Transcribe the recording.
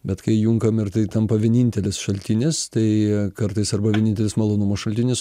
bet kai įjunkam ir tai tampa vienintelis šaltinis tai kartais arba vienintelis malonumo šaltinis